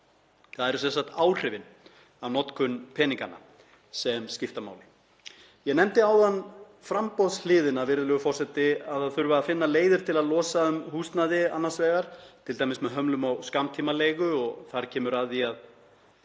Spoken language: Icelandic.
Það eru sem sagt áhrifin af notkun peninganna sem skipta máli. Ég nefndi áðan framboðshliðina, virðulegur forseti, að það þurfi að finna leiðir til að losa um húsnæði, annars vegar t.d. með hömlum á skammtímaleigu, og þar kemur að því að